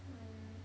mm